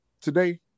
today